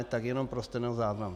Tak jenom pro stenozáznam.